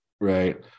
right